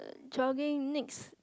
jogging next